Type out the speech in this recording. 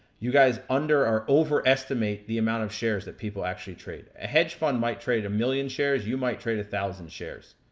you guys under or overestimate the amount of shares that people actually trade. a hedge fund might trade a million shares, you might trade one thousand shares.